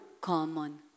common